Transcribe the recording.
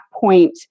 point